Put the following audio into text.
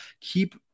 Keep